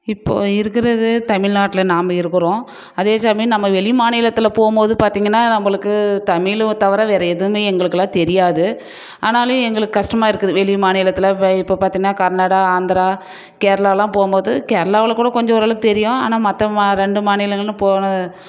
இப்போது இருக்கிறது தமிழ்நாட்டில் நாம் இருக்கிறோம் அதே சமயம் நம்ம வெளி மாநிலத்தில் போகும்மோது பார்த்திங்கன்னா நம்பளுக்கு தமிழ் தவிர வேறே எதுவுமே எங்களுக்கல்லாம் தெரியாது ஆனாலும் எங்களுக்கு கஷ்டமாக இருக்குது வெளி மாநிலத்தில் போய் இப்போ பார்த்திங்கனா கர்நாடகா ஆந்திரா கேரளாலாம் போகும்போது கேரளாவில் கூட கொஞ்சம் ஓரளவுக்கு தெரியும் ஆனால் மற்ற ரெண்டு மாநிலங்களும் போன